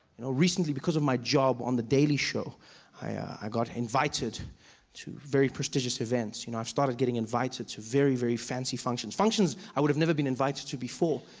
you know recently because of my job on the daily show i got invited to very prestigious events you know i've started getting invited to very, very fancy functions. functions i would have never been invited to before.